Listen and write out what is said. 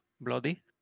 Bloody